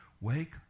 wake